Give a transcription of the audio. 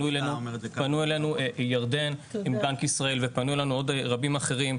פנו אלינו ירדן מבנק ישראל ופנו אלינו עוד רבים אחרים.